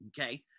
Okay